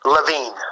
Levine